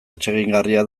atsegingarria